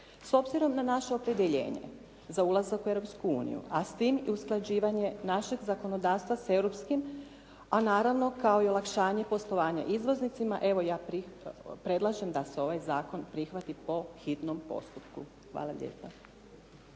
S obzirom na naše opredjeljenje za ulazak u Europsku uniju, a s tim i usklađivanje našeg zakonodavstva sa europskim a naravno kao i olakšanje poslovanja izvoznicima evo ja predlažem da se ovaj zakon prihvati po hitnom postupku. Hvala lijepa.